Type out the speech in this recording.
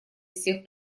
всех